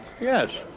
Yes